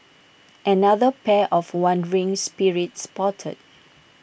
another pair of wandering spirits spotted